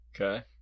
Okay